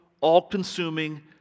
all-consuming